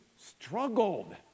struggled